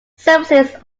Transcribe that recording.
services